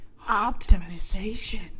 optimization